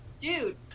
dude